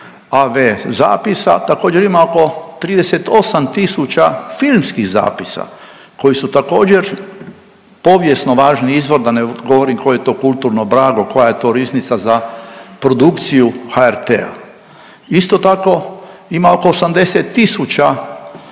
zapisa također imamo 38 tisuća filmskih zapisa koji su također povijesno važni izvor, da ne govorim koje je to kulturno blago, koja je to riznica za produkciju HRT-a. Isto tako ima oko 80